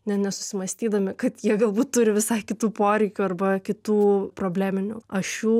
ne nesusimąstydami kad jie galbūt turi visai kitų poreikių arba kitų probleminių ašių